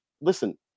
listen